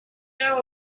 know